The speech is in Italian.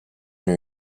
new